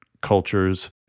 cultures